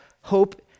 hope